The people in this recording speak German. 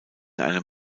einem